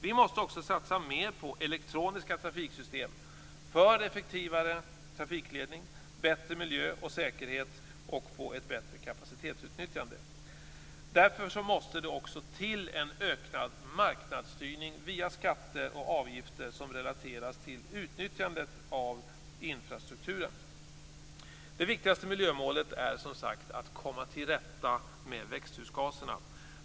Vi måste också satsa mer på elektroniska trafiksystem för effektivare trafikledning, bättre miljö och säkerhet och ett bättre kapacitetsutnyttjande. Därför måste det också till en ökad marknadsstyrning via skatter och avgifter som relateras till utnyttjandet av infrastrukturen. Det viktigaste miljömålet är, som sagt var, att komma till rätta med växthusgaserna.